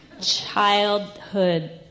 Childhood